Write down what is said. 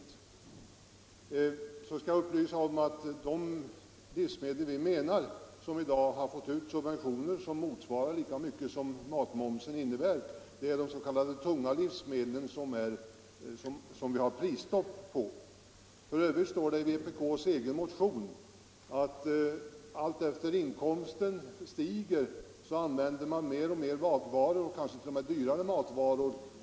Så vill jag upplysa om att de livsmedel som i dag har subventioner som motsvarar matmomsen är de s.k. tunga livsmedlen, som vi har prisstopp på. För övrigt står det i vpk:s egen motion att allteftersom inkomsten stiger ökar konsumtionen av matvaror, kanske t.o.m. dyrare matvaror.